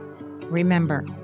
remember